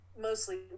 mostly